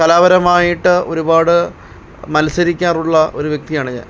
കലാപരമായിട്ട് ഒരുപാട് മത്സരിക്കാറുള്ള ഒരു വ്യക്തിയാണ് ഞാന്